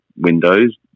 windows